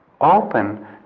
open